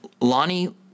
Lonnie